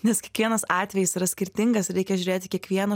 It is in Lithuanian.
nes kiekvienas atvejis yra skirtingas reikia žiūrėti kiekvieną